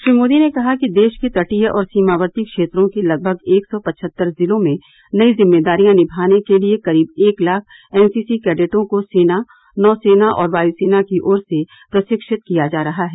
श्री मोदी ने कहा कि देश के तटीय और सीमावर्ती क्षेत्रों के लगभग एक सौ पचहत्तर जिलों में नई जिम्मेदारियां निमाने के लिए करीब एक लाख एनसीसी कैडेटों को सेना नौसेना और वायु सेना की ओर से प्रशिक्षित किया जा रहा है